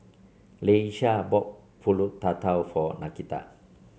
Leisha bought pulut tatal for Nakita